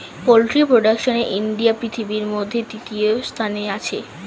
poultry প্রোডাকশনে India পৃথিবীর মধ্যে তৃতীয় স্থানে আছে